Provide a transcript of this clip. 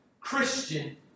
Christian